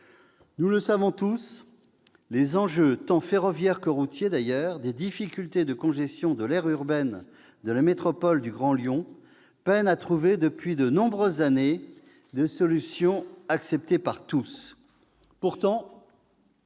Nous le savons tous, les enjeux, tant ferroviaires que routiers d'ailleurs, des difficultés de congestion de l'aire urbaine de la métropole du Grand Lyon peinent à trouver depuis de nombreuses années des solutions acceptées par tous. Pourtant,